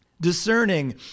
Discerning